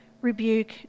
rebuke